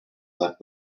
left